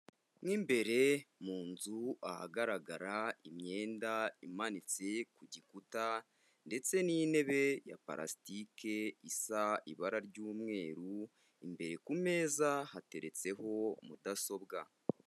Mo imbere mu nzu ahagarara imyenda imanitse ku gikuta ndetse n'intebe ya parasitike isa ibara ry'umweru, imbere ku meza hateretseho mudasobwa.